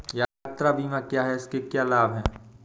यात्रा बीमा क्या है इसके क्या लाभ हैं?